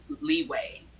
leeway